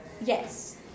Yes